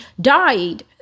died